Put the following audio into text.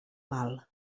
mal